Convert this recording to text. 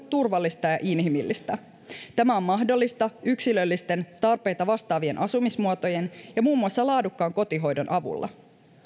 turvallista ja inhimillistä tämä on mahdollista yksilöllisten tarpeita vastaavien asumismuotojen ja muun muassa kotihoidon avulla